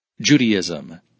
Judaism